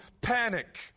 panic